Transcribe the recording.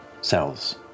cells